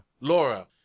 Laura